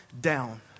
down